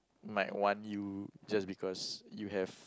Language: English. might want you just because you have